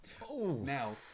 Now